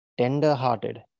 tender-hearted